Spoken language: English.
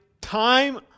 time